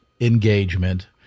engagement